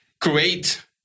create